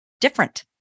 different